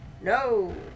No